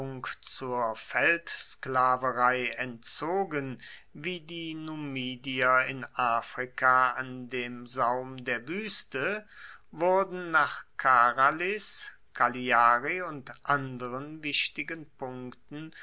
zur feldsklaverei entzogen wie die numidier in afrika an dem saum der wueste wurden nach karalis cagliari und anderen wichtigen punkten